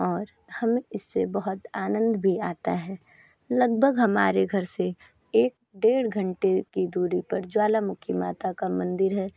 और हमे इस से बहुत आनंद भी आता है लगभग हमारे घर से एक डेढ़ घंटे की दूरी पर ज्वालामुखी माता का मंदिर है